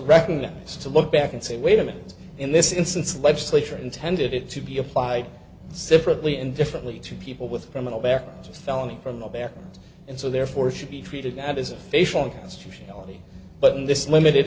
recognize to look back and say wait a minute in this instance legislature intended it to be applied separately and differently to people with criminal backgrounds with felony from the background and so therefore should be treated that is a face on history but in this limited